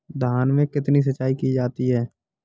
धान में कितनी सिंचाई की जाती है?